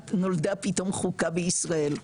נולדה פתאום חוקה בישראל.